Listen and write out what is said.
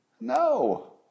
No